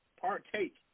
partake